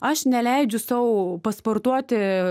aš neleidžiu sau pasportuoti